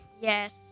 Yes